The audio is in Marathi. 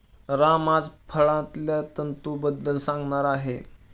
राम आज फळांतल्या तंतूंबद्दल सांगणार आहे